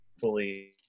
fully